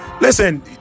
Listen